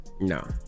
No